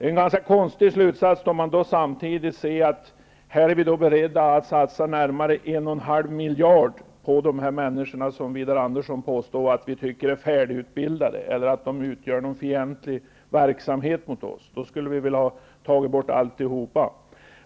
Det är en konstig slutsats, när man samtidigt ser att vi är beredda att satsa närmare 1,5 miljard på de människor som Widar Andersson påstår att vi tycker är färdigutbildade eller utgör mot oss fientlig verksamhet. I så fall skulle vi väl ha tagit bort alltihop.